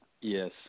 Yes